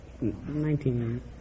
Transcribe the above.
Nineteen